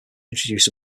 introduce